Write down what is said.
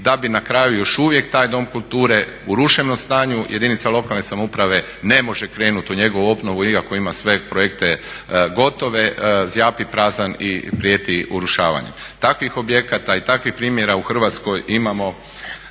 da bi na kraju još uvijek taj dom kulture u ruševnom stanju, jedinica lokalne samouprave ne može krenuti u njegovu obnovu iako ima sve projekte gotove, zjapi prazan i prijeti urušavanjem. Takvih objekata i takvih primjera u Hrvatskoj imamo